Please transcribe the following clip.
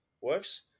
works